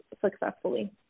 successfully